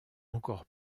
encore